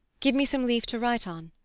give me some leaf to write on,